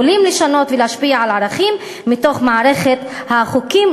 אפשר לשנות ולהשפיע על ערכים מתוך מערכת החוקים.